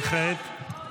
וכעת?